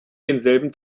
denselben